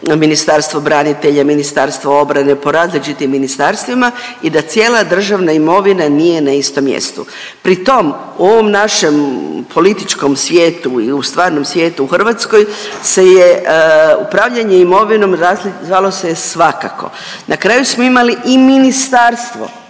Ministarstvo branitelja, Ministarstvo obrane, po različitim ministarstvima i da cijela državna imovina nije na istom mjestu. Pritom u ovom našem političkom svijetu i u stvarnom svijetu u Hrvatskoj se je upravljanje imovinom raz… zvalo se je svakako. Na kraju smo imali i ministarstvo